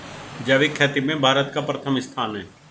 जैविक खेती में भारत का प्रथम स्थान है